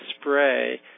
spray